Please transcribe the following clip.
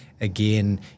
again